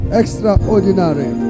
extraordinary